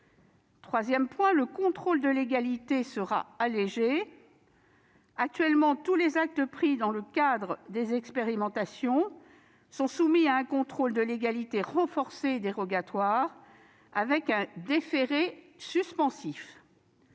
le contrôle de légalité sera allégé. Actuellement, tous les actes pris dans le cadre des expérimentations sont soumis à un contrôle de légalité renforcé et dérogatoire, avec un déféré suspensif.